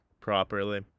properly